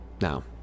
Now